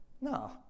No